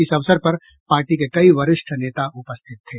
इस अवसर पर पार्टी के कई वरिष्ठ नेता उपस्थित थे